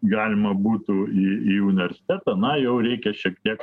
galima būtų į į universitetą na jau reikia šiek tiek